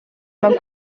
mewn